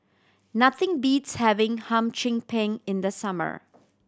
nothing beats having Hum Chim Peng in the summer